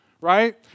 right